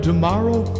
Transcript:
Tomorrow